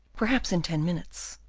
perhaps in ten minutes.